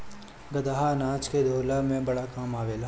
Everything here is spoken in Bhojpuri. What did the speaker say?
गदहा अनाज के ढोअला में बड़ा काम आवेला